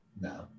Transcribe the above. No